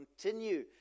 continue